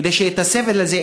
כדי שהסבל הזה,